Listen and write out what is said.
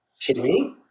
Timmy